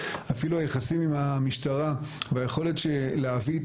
אפילו היחסים עם המשטרה והיכולת להביא את